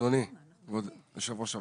אדוני יושב ראש הוועדה.